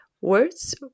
Words